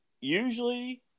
usually